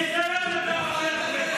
ביזיון אתה עושה.